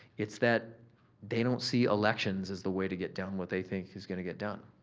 it's that they don't see elections as the way to get done what they think is gonna get done.